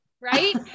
right